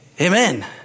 Amen